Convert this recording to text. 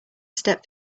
step